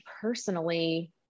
personally